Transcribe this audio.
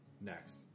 Next